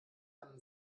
einem